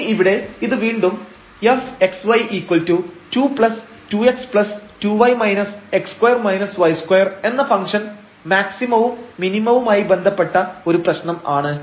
ഇനി ഇവിടെ ഇത് വീണ്ടും fxy22x2y x2 y2 എന്ന ഫംഗ്ഷൻ മാക്സിമവും മിനിമവുമായി ബന്ധപ്പെട്ട ഒരു പ്രശ്നം ആണ്